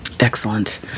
Excellent